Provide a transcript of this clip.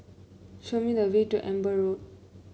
show me the way to Amber Road